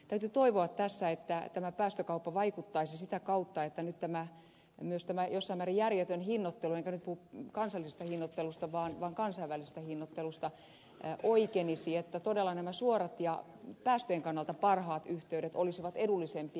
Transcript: täytyy toivoa tässä että tämä päästökauppa vaikuttaisi sitä kautta että nyt myös tämä jossain määrin järjetön hinnoittelu enkä nyt puhu kansallisesta hinnoittelusta vaan kansainvälisestä hinnoittelusta oikenisi niin että todella nämä suorat ja päästöjen kannalta parhaat yhteydet olisivat edullisempia